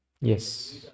Yes